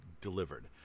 delivered